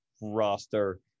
roster